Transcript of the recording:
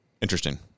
interesting